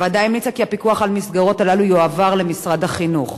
הוועדה המליצה כי הפיקוח על המסגרות הללו יועבר למשרד החינוך.